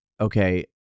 okay